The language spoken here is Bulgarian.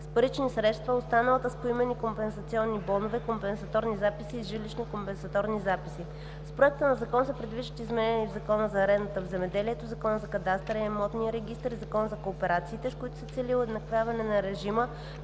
с парични средства, а останалата – с поименни компенсационни бонове, компенсаторни записи и жилищни компенсаторни записи. С Проекта на закон се предвиждат изменения и в Закона за арендата в земеделието, Закона за кадастъра и имотния регистър и Закона за кооперациите, с които се цели уеднаквяване на режима